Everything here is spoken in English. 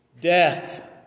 death